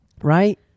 right